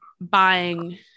buying